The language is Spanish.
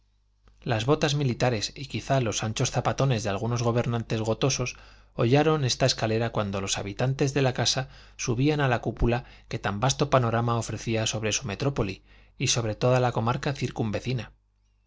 las botas militares y quizá los anchos zapatones de algunos gobernadores gotosos hollaron esta escalera cuando los habitantes de la casa subían a la cúpula que tan vasto panorama ofrecía sobre su metrópoli y sobre toda la comarca circunvecina